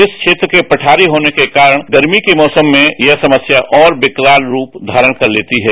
इस क्षेत्र के पठारी होने के कारण गर्मी के मौसम में यह समस्या और विकरात रूप धारण कर लेती है